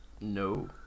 No